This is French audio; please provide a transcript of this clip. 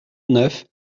neuf